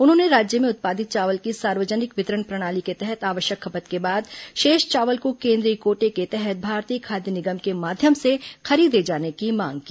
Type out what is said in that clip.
उन्होंने राज्य में उत्पादित चावल की सार्वजनिक वितरण प्रणाली के तहत आवश्यक खपत के बाद शेष चावल को केंद्रीय कोटे के तहत भारतीय खाद्य निगम के माध्यम से खरीदे जाने की मांग की